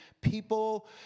people